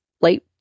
late